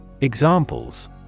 Examples